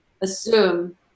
assume